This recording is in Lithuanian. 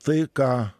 tai ką